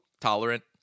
Tolerant